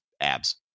abs